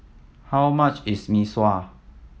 how much is Mee Sua